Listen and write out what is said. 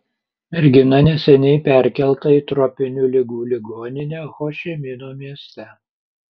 mergina neseniai perkelta į tropinių ligų ligoninę ho ši mino mieste